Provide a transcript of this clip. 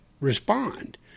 respond